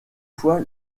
fois